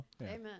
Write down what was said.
Amen